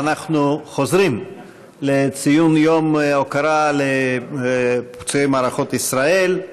אנחנו חוזרים לציון יום ההוקרה לפצועי מערכות ישראל.